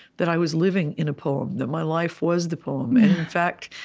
that i was living in a poem that my life was the poem. and in fact,